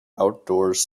outdoors